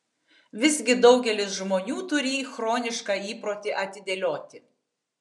visgi daugelis žmonių turį chronišką įprotį atidėlioti